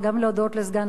וגם להודות לסגן השר.